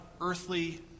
earthly